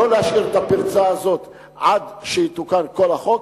לא להשאיר את הפרצה הזאת עד שיתוקן כל החוק.